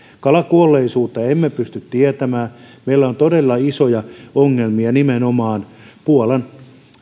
kalakuolleisuutta emme pysty tietämään meillä on todella isoja ongelmia nimenomaan puolan